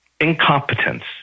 incompetence